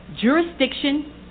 jurisdiction